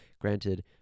Granted